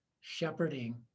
shepherding